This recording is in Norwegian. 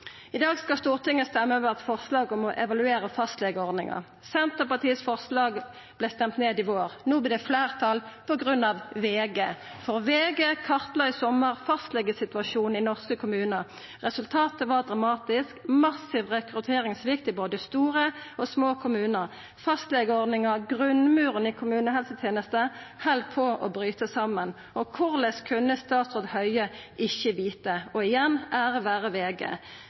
I dag skal Stortinget røysta over eit forslag om å evaluera fastlegeordninga. Senterpartiets forslag vart røysta ned i vår. No vert det fleirtal på grunn av VG, for VG kartla i sommar fastlegesituasjonen i norske kommunar. Resultat var dramatisk: massiv rekrutteringssvikt i både store og små kommunar. Fastlegeordninga, grunnmuren i kommunehelsetenesta, held på å bryta saman. Korleis kunne statsråd Høie ikkje vita? Og igjen: Ære